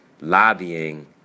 lobbying